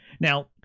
now